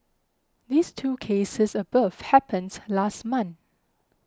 these two cases above happens last month